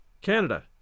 Canada